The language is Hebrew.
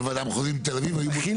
בוועדה המחוזית בתל אביב היו בודקים